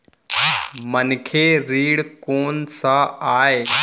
मनखे ऋण कोन स आय?